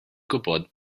gwybod